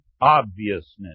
obviousness